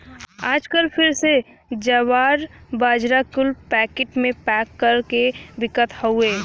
आजकल फिर से जवार, बाजरा कुल पैकिट मे पैक कर के बिकत हउए